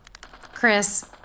Chris